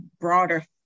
broader